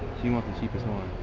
she wants the cheapest